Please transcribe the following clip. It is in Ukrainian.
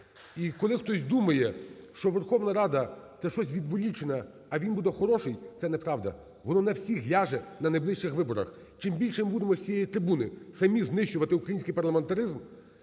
І коли хтось думає, що Верховна Рада це щось відволічене, а він буде хороший, це неправда, воно на всіх ляже на найближчих виборах. Чим більше ми будемо з цієї трибуни самі знищувати український парламентаризм,